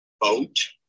boat